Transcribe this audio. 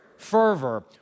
fervor